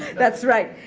that's right.